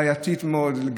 היא בעייתית מאוד,